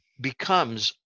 becomes